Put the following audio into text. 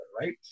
right